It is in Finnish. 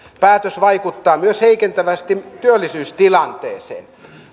päätös vaikuttaa myös heikentävästi työllisyystilanteeseen